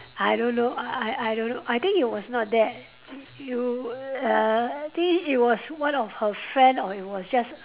I don't know err I I don't know I think you was not there you uh I think it was one of her friend or it was just